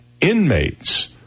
Inmates